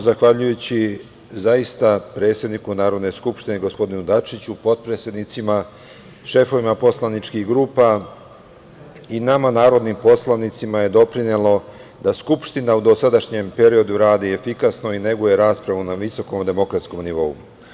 Zahvaljujući zaista predsedniku Narodne skupštine, gospodine Dačiću, potpredsednicima, šefovima poslaničkih grupa i nama narodnim poslanicima je doprinelo da Skupština u dosadašnjem periodu radi efikasno i neguje raspravu na visokom demokratskom nivou.